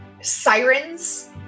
sirens